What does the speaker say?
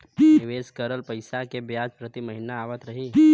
निवेश करल पैसा के ब्याज प्रति महीना आवत रही?